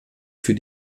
für